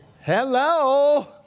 Hello